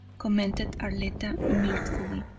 commented arletta mirthfully,